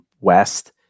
West